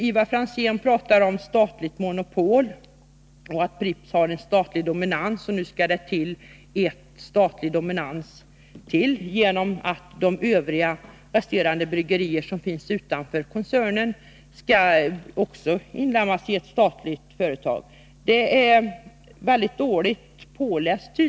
Ivar Franzén talar om statligt monopol, att Pripps har en statlig dominans och att det blir ytterligare en sådan genom att resterande bryggerier utanför koncernen också skall inlemmas i ett statligt företag. Det är tydligen väldigt dåligt påläst.